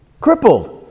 crippled